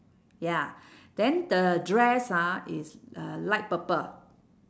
ya then the dress ah is uh light purple